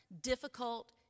difficult